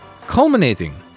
Culminating